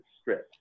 Strip